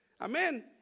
Amen